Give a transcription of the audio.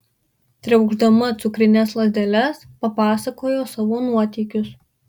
triaukšdama cukrines lazdeles papasakojo savo nuotykius